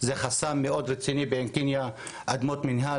זה חסם מאוד רציני בעין קנייא,